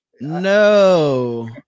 No